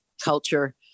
culture